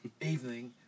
evening